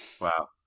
Wow